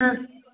اۭں